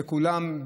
וכולם,